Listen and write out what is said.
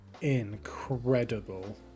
Incredible